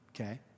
Okay